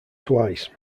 twice